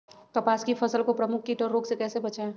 कपास की फसल को प्रमुख कीट और रोग से कैसे बचाएं?